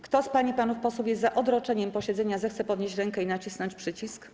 Kto z pań i panów posłów jest za odroczeniem posiedzenia, zechce podnieść rękę i nacisnąć przycisk.